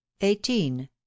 eighteen